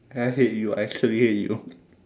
I hate you I actually hate you